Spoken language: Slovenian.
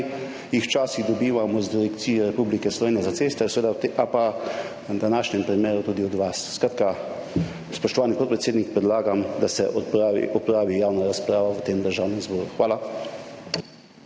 jih včasih dobivamo z Direkcije Republike Slovenije za ceste ali pa v današnjem primeru tudi od vas. Spoštovani podpredsednik, predlagam, da se opravi javna razprava v tem Državnem zboru. Hvala.